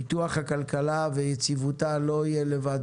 פיתוח הכלכלה ויציבותה לא יהיה לבד.